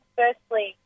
firstly